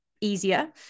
easier